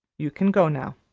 you can go now.